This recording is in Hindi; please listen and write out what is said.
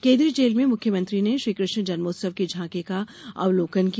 केन्द्रीय जेल में मुख्यमंत्री ने श्रीकृष्ण जन्मोत्सव की झाँकी का अवलोकन किया